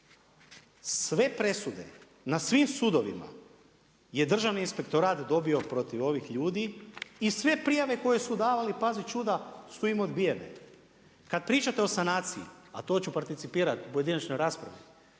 Sve presude na svim sudovima je Državni inspektorat dobio protiv ovih ljudi i sve prijave koje su davali pazi čuda su im odbijene. Kad pričate o sanaciji, a to ću participirat u pojedinačnoj raspravi,